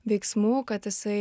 veiksmų kad jisai